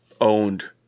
owned